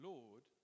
Lord